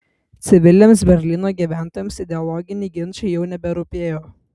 civiliams berlyno gyventojams ideologiniai ginčai jau neberūpėjo